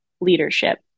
leadership